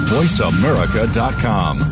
voiceamerica.com